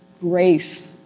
grace